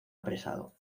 apresado